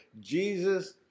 Jesus